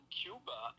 cuba